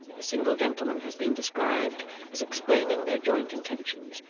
the single gentleman has been described as explaining their joint intentions,